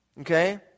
Okay